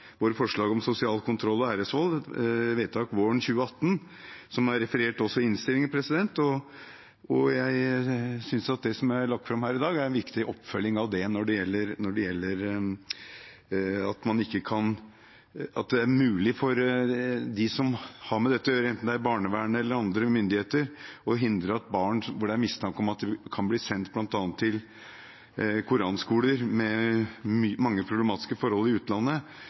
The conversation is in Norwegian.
våre forslag om sosial kontroll og æresvold, som også er referert i innstillingen. Jeg synes at det som er lagt fram her i dag, er en viktig oppfølging av det når det gjelder at det er mulig for dem som har med dette å gjøre, enten det er barnevernet eller andre myndigheter, å hindre at barn – der det er mistanke om at de kan bli sendt til bl.a. koranskoler med mange problematiske forhold i utlandet